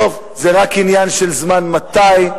זה רק עניין של זמן מתי,